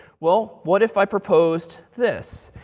well, what if i proposed this.